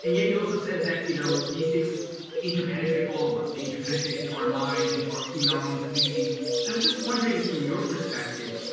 and yet you also said that you know these things interpenetrate all of us. they interpenetrate into our minds, into our even our own communities. and i was just wondering from your perspective,